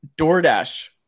DoorDash